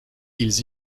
ils